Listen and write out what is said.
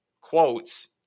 quotes